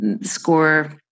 score